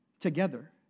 together